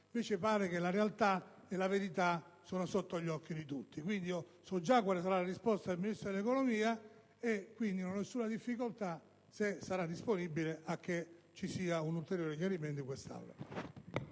mentre pare che la realtà e la verità siano sotto gli occhi di tutti. So già quale sarà la risposta del Ministro dell'economia, per cui non ho alcuna difficoltà, se sarà disponibile, a che ci sia un ulteriore chiarimento in quest'Aula.